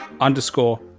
underscore